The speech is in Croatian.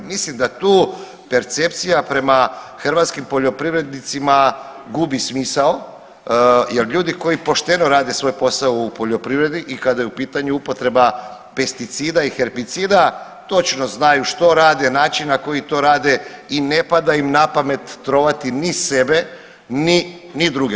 Mislim da tu percepcija prema hrvatskim poljoprivrednicima gubi smisao jer ljudi koji pošteno rade svoj posao u poljoprivredi i kada je u pitanju upotreba pesticida i herbicida točno znaju što rade, način na koji to rade i ne pada im na pamet trovati ni sebe ni druge.